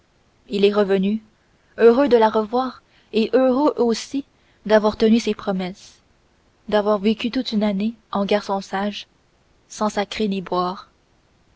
il est revenu heureux de la revoir et heureux aussi d'avoir tenu ses promesses d'avoir vécu toute une année en garçon sage sans sacrer ni boire